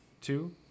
two